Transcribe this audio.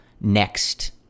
next